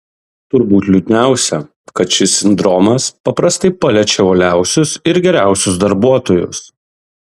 turbūt liūdniausia kad šis sindromas paprastai paliečia uoliausius ir geriausius darbuotojus